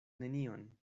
nenion